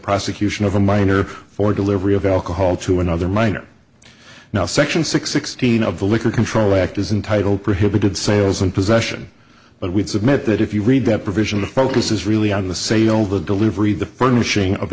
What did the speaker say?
prosecution of a minor for delivery of alcohol to another minor now section six sixteen of the liquor control act is in title prohibited sales and possession but we submit that if you read that provision the focus is really on the sale the delivery the furnishing of